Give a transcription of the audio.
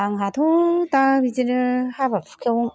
आंहाथ' दा बिदिनो हाबा हुखायाव